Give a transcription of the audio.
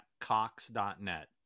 cox.net